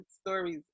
stories